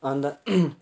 अन्त